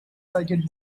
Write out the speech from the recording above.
circuit